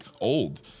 old